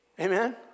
Amen